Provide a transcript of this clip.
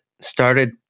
started